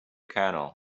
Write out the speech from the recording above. canal